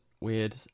weird